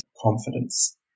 confidence